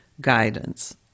guidance